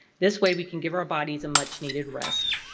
this way we can give our bodies a much-needed rest.